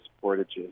portages